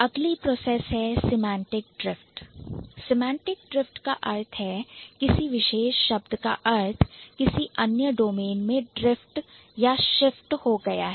अगली प्रोसेस है Semantic Drift semantic drift Semantic Drift का अर्थ है किसी विशेष शब्द का अर्थ किसी अन्य डोमेन में drift या shift ड्रिफ्ट या शिफ्ट यानी स्थानांतरित हो गया है